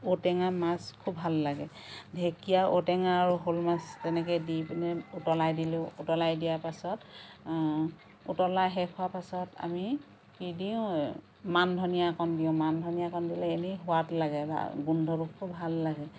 ঔটেঙা মাছ খুব ভাল লাগে ঢেকীয়া ঔটেঙা আৰু শ'ল মাছ তেনেকৈ দি পেলাই উতলাই দিলোঁ উতলাই দিয়া পাছত উতলা শেষ হোৱা পাছত আমি কি দিওঁ মানধনীয়া অকণ দিওঁ মানধনীয়া অকণ দিলে এনেই সোৱাদ লাগে গোন্ধটো খুব ভাল লাগে